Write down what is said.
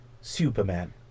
Superman